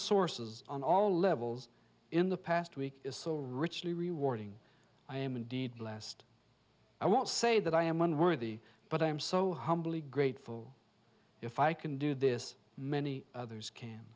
sources on all levels in the past week is so richly rewarding i am indeed last i won't say that i am unworthy but i am so humbly grateful if i can do this many others can